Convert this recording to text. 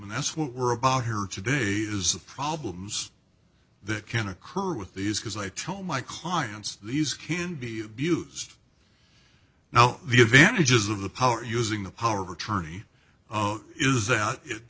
and that's what we're about here today is the problems that can occur with these because i tell my clients these can be abused now the advantages of the power using the power of attorney is that it